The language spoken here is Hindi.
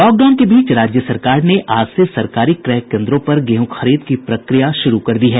लॉकडाउन के बीच राज्य सरकार ने आज से सरकारी क्रय केन्द्रों पर गेहूँ खरीद की प्रक्रिया शुरू कर दी है